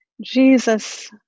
Jesus